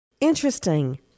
Interesting